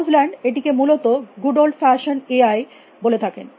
Haugeland এটিকে মূলত good old fashion A I বলে থাকেন